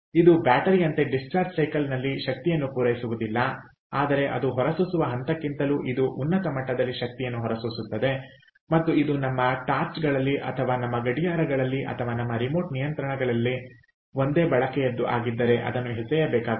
ಇದು ಬ್ಯಾಟರಿಯಂತೆ discharge cycle ನಲ್ಲಿ ಶಕ್ತಿಯನ್ನು ಪೂರೈಸುವುದಿಲ್ಲ ಆದರೆ ಅದು ಹೊರಸೂಸುವ ಹಂತಕ್ಕಿಂತಲೂ ಇದು ಉನ್ನತ ಮಟ್ಟದಲ್ಲಿ ಶಕ್ತಿಯನ್ನು ಹೊರಸೂಸುತ್ತದೆ ಮತ್ತು ಇದು ನಮ್ಮ ಟಾರ್ಚ್ಗಳಲ್ಲಿ ಅಥವಾ ನಮ್ಮ ಗಡಿಯಾರಗಳಲ್ಲಿ ಅಥವಾ ನಮ್ಮ ರಿಮೋಟ್ ನಿಯಂತ್ರಣಗಳಲ್ಲಿ ಬಂದೇ ಬಳಕೆಯದ್ದು ಆಗಿದ್ದರೆ ಅದನ್ನು ಎಸೆಯಬೇಕಾಗುತ್ತದೆ